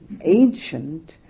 ancient